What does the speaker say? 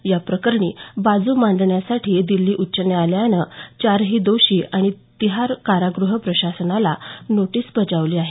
याप्रकरणी बाजू मांडण्यासाठी दिल्ली उच्च न्यायालयानं चारही दोषी आणि तिहार कारागृह प्रशासनाला नोटीस बजावली आहे